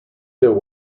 there